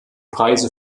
preise